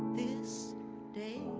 this day,